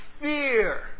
fear